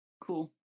Cool